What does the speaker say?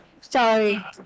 Sorry